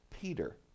Peter